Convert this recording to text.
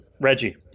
Reggie